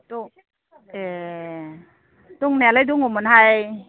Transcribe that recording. ए दंनायालाय दङमोनहाय